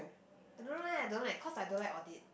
I don't know leh I don't like cause I don't like audit